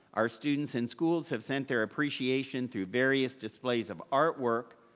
our students and schools have sent their appreciation through various displays of artwork,